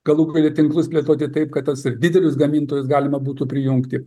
galų gale tinklus plėtoti taip kad tas ir didelius gamintojus galima būtų prijungti